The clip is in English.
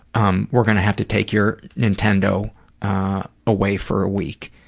um, we're going to have to take your nintendo away for a week,